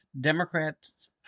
Democrats